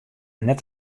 net